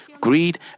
greed